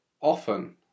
Often